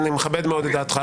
אני מכבד מאוד את דעתך,